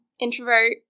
introvert